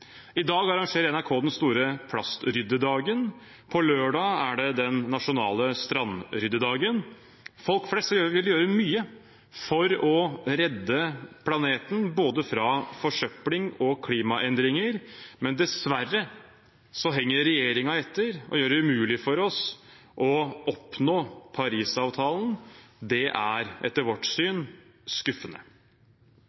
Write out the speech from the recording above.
I dag arrangerer NRK den store plastryddedagen, på lørdag er det den nasjonale strandryddedagen. Folk flest vil gjøre mye for å redde planeten, både fra forsøpling og fra klimaendringer, men dessverre henger regjeringen etter og gjør det umulig for oss å oppnå Parisavtalen. Det er etter vårt syn